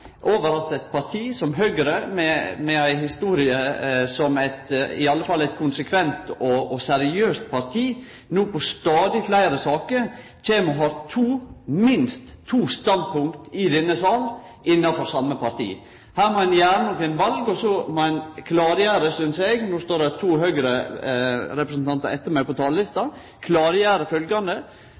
over at eit parti som Høgre, med ei historie som i alle fall eit konsekvent og seriøst parti, no i stadig fleire saker kjem og har minst to standpunkt, i denne sal, innafor same parti. Her må ein gjere nokre val, og så synest eg dei må klargjere – no står det to Høgre-representantar etter meg på talarlista